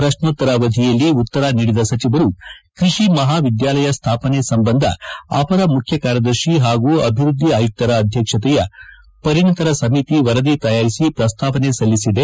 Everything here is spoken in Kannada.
ಪ್ರಕ್ನೋತ್ತರ ಅವಧಿಯಲ್ಲಿ ಉತ್ತರ ನೀಡಿದ ಸಚಿವರು ಕೃಷಿ ಮಹಾ ವಿದ್ಯಾಲಯ ಸ್ಥಾಪನೆ ಸಂಬಂಧ ಅಪರ ಮುಖ್ಯ ಕಾರ್ಯದರ್ಶಿ ಪಾಗೂ ಅಭಿವೃದ್ದಿ ಆಯುಕ್ತರ ಆಧ್ಯಕ್ಷತೆಯ ಪರಿಣಿತರ ಸಮಿತಿ ವರದಿ ತಯಾರಿಸಿ ಪ್ರಸ್ತಾವನೆ ಸಲ್ಲಿಸಿದೆ